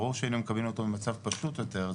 ברור שאם היינו מקבלים אותו במצב פשוט יותר,